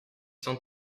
cent